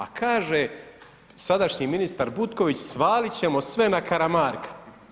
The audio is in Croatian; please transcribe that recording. A kaže sadašnji ministar Butković svaliti ćemo sve na Karamarka.